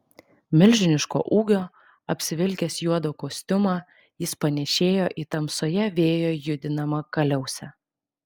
milžiniško ūgio apsivilkęs juodą kostiumą jis panėšėjo į tamsoje vėjo judinamą kaliausę